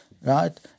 right